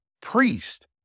priest